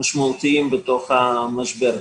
המשמעותיים בתוך המשבר הזה,